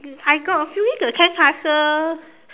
I got a feeling the sandcastle